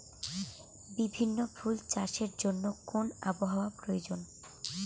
বিভিন্ন ফুল চাষের জন্য কোন আবহাওয়ার প্রয়োজন?